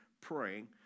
praying